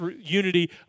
unity